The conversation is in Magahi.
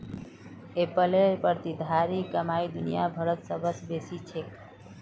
एप्पलेर प्रतिधारित कमाई दुनिया भरत सबस बेसी छेक